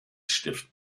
stift